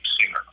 singer